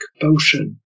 potion